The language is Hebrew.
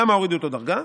למה הורידו אותו דרגה?